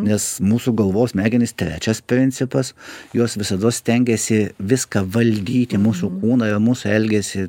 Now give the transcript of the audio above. nes mūsų galvos smegenys trečias principas jos visada stengiasi viską valdyti mūsų kūną ir mūsų elgesį